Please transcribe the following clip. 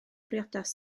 briodas